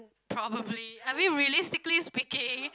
probably I mean realistically speaking